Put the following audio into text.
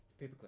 paperclip